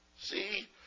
See